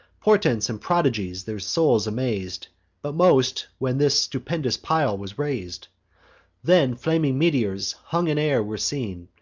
portents and prodigies their souls amaz'd but most, when this stupendous pile was rais'd then flaming meteors, hung in air, were seen,